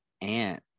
aunt